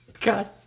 God